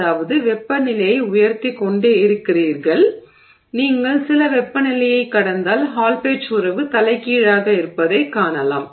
அதாவது வெப்பநிலையை உயர்த்திக் கொண்டே இருக்கிறீர்கள் நீங்கள் சில வெப்பநிலையைக் கடந்தால் ஹால் பெட்ச் உறவு தலைகீழாக இருப்பதைக் காணலாம்